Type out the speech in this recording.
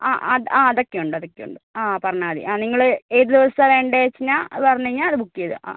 ആ അത് ആ അതൊക്കെയുണ്ട് അതൊക്കെയുണ്ട് ആ പറഞ്ഞാൽ മതി ആ നിങ്ങൾ ഏതു ദിവസമാണ് വേണ്ടതെന്നു വച്ചു കഴിഞ്ഞാൽ അതു പറഞ്ഞു കഴിഞ്ഞാൽ അത് ബുക്ക് ചെയ്തു തരാം ആ